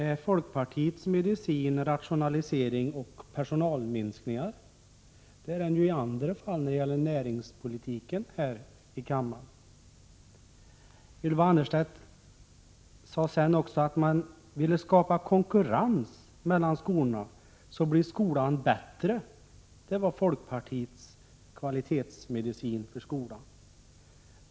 Är folkpartiets medicin rationalisering och personalminskningar? Det är ju medicinen i andra fall när det gäller debatter här i kammaren om näringspolitiken. Ylva Annerstedt sade också att man vill skapa konkurrens mellan olika skolor. På det sättet skulle skolan bli bättre. Det var folkpartiets kvalitetsmedicin beträffande skolan.